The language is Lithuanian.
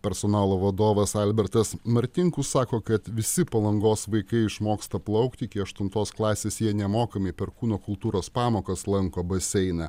personalo vadovas albertas martinkus sako kad visi palangos vaikai išmoksta plaukti iki aštuntos klasės jie nemokamai per kūno kultūros pamokas lanko baseiną